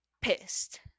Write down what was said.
pissed